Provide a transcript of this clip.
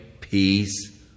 peace